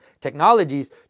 technologies